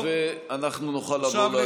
השר אמסלם,